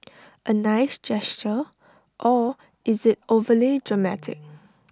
A nice gesture or is IT overly dramatic